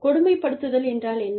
கொடுமைப்படுத்துதல் என்றால் என்ன